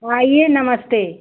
आइए नमस्ते